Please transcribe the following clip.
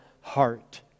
heart